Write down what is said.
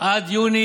עד יוני